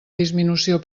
disminució